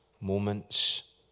moments